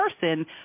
person